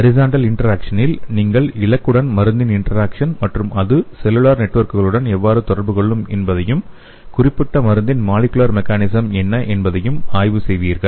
horizontal இன்டெக்ரேசனில் நீங்கள் இலக்குடன் மருந்தின் இன்டராக்சன் மற்றும் அது செல்லுலார் நெட்வொர்க்குகளுடன் எவ்வாறு தொடர்பு கொள்ளும் என்பதையும் குறிப்பிட்ட மருந்தின் மாலெக்யூலார் மெகானிஸம் என்ன என்பதையும் ஆய்வு செய்வீர்கள்